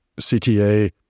CTA